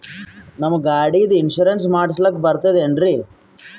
ನಮ್ಮ ಗಾಡಿದು ಇನ್ಸೂರೆನ್ಸ್ ಮಾಡಸ್ಲಾಕ ಬರ್ತದೇನ್ರಿ?